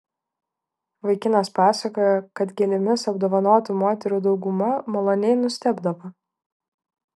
vaikinas pasakojo kad gėlėmis apdovanotų moterų dauguma maloniai nustebdavo